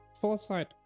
Foresight